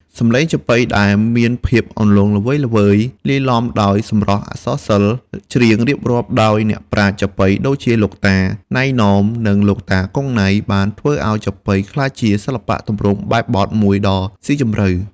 សម្លេងចាប៉ីដែលមានភាពអន្លង់ល្វើយៗ លាយឡំដោយសម្រស់អក្សរសិល្ប៍ ច្រៀងរៀបរាប់ដោយអ្នកប្រាជ្ញចាប៉ី ដូចជាលោកតា ណៃ ណម និងលោកតា គង់ ណៃ បានធ្វើឱ្យចាប៉ីក្លាយជាសិល្បៈទម្រង់បែបបទមួយដ៏ស៊ីជម្រៅ។